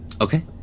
Okay